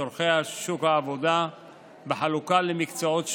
צורכי שוק העבודה בחלוקה למקצועות שונים,